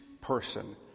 person